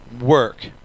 work